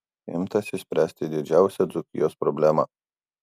imtasi spręsti didžiausią dzūkijos problemą